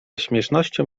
śmiesznością